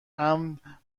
امن